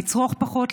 לצרוך פחות,